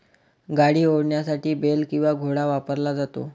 गाडी ओढण्यासाठी बेल किंवा घोडा वापरला जातो